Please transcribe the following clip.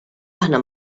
aħna